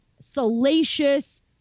salacious